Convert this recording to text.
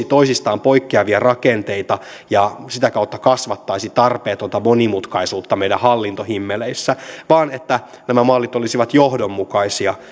toisistaan poikkeavia rakenteita ja sitä kautta kasvattaisi tarpeetonta monimutkaisuutta meidän hallintohimmeleissä vaan että nämä mallit olisivat johdonmukaisia